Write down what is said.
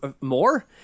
more